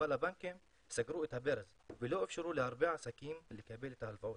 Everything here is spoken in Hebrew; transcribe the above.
אבל הבנקים סגרו את הברז ולא אפשרו להרבה עסקים לקבל את ההלוואות.